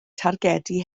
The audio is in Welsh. targedu